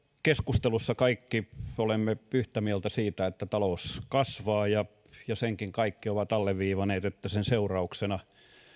keskustelussa kaikki olemme yhtä mieltä siitä että talous kasvaa ja senkin kaikki ovat alleviivanneet että sen seurauksena